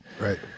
Right